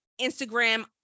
Instagram